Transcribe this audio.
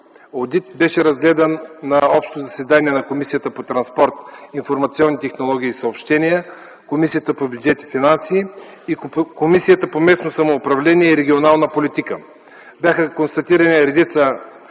одит беше разгледан на общо заседание на Комисията по транспорт, информационни технологии и съобщения, Комисията по бюджет и финанси и Комисията по регионална политика и местно самоуправление. Бяха констатирани редица